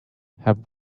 have